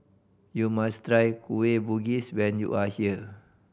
you must try Kueh Bugis when you are here